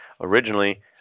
originally